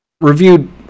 reviewed